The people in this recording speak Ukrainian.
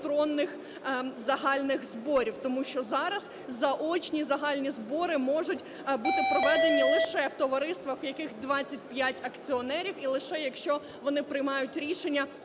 електронних загальних зборів. Тому що зараз заочні загальні збори можуть бути проведені лише в товариствах, в яких 25 акціонерів, і лише якщо вони приймають рішення